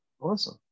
Awesome